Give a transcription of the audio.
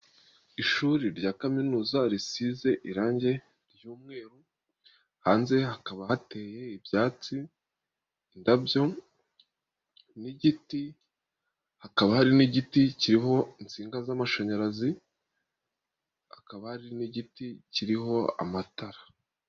Ishuri rya kaminuza risize irangi ry'umweru, hanze hakaba hateye ibyatsi, indabyo n'igiti, hakaba hari n'igiti kiriho insinga z'amashanyarazi, hakaba ari n'igiti kiriho amatara.